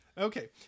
Okay